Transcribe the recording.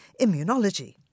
immunology